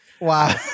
Wow